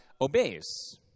obeys